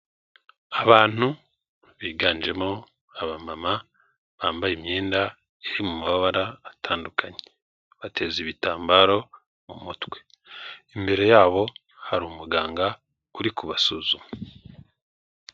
Abantu biganjemo abamama bambaye imyenda iri mu mabara atandukanye bateze ibitambaro mu mutwe, imbere yabo hari umuganga uri kubasuzuma.